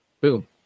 boom